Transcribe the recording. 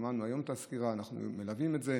שמענו היום את הסקירה, אנחנו מלווים את זה.